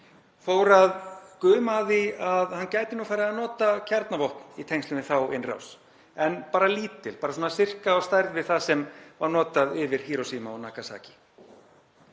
fór að guma af því að hann gæti nú farið að nota kjarnavopn í tengslum við þá innrás en bara lítil, bara svona sirka á stærð við það sem var notað yfir Hírósíma og Nagasaki.